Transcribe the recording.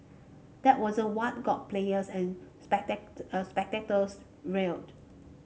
that wasn't what got players and spectator spectators riled